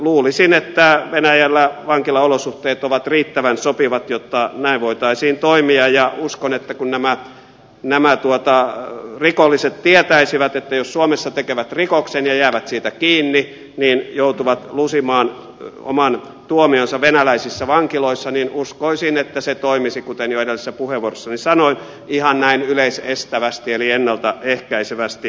luulisin että venäjällä vankilaolosuhteet ovat riittävän sopivat jotta näin voitaisiin toimia ja uskon kun nämä rikolliset tietäisivät että jos he suomessa tekevät rikoksen ja jäävät siitä kiinni niin he joutuvat lusimaan oman tuomionsa venäläisissä vankiloissa että se toimisi kuten jo edellisessä puheenvuorossani sanoin ihan näin yleisestävästi eli ennalta ehkäisevästi